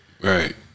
Right